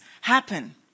happen